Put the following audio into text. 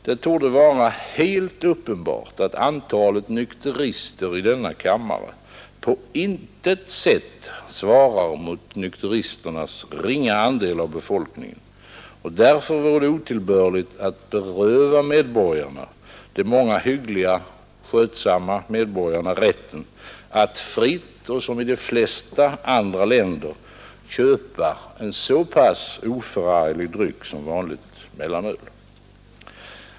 Det torde vara helt uppenbart, att antalet nykterister i denna kammare på intet sätt svarar mot nykteristernas ringa andel av befolkningen, och därför vore det otillbörligt att beröva medborgarna, de många hyggliga och skötsamma medborgarna, rätten att fritt och som i de flesta andra länder köpa en så pass oförarglig dryck som vanligt mellanöl.